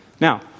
Now